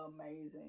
amazing